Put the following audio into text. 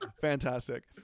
fantastic